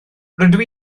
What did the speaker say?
rydw